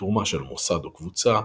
תרומה של מוסד או קבוצה,